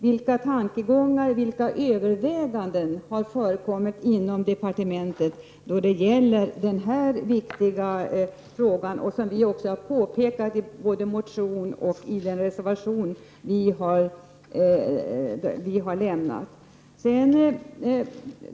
Vilka tankegångar och överväganden har förekommit inom departementet i denna viktiga fråga, som vi har pekat på i både en motion och en reservation?